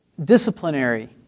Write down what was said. disciplinary